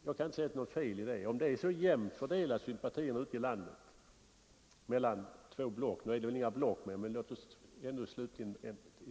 Och jag kan inte se att det är något fel i att lotta. Om sympatierna ute i landet är så jämnt fördelade mellan två block — ja, det är ju egentligen inte längre några block, men låt